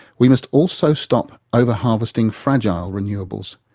we must also stop over-harvesting fragile renewables.